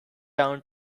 down